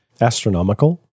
Astronomical